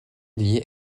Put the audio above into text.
liée